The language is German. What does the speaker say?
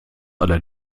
aller